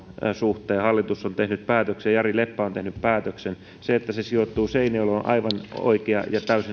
suhteen hallitus on tehnyt päätöksen jari leppä on tehnyt päätöksen se että se sijoittuu seinäjoelle on täysin